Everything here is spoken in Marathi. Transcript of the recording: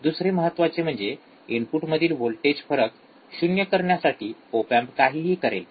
दुसरे महत्वाचे म्हणजे इनपुट मधील व्होल्टेज फरक शून्य करण्यासाठी ओप एम्प काहीही करेल